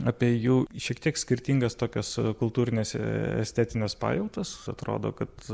apie jų šiek tiek skirtingas tokias kultūrines estetines pajautas atrodo kad